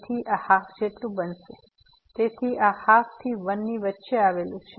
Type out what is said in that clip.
તેથી આ 12 જેટલું બનશે તેથી આ 12 થી 1 ની વચ્ચે આવેલું છે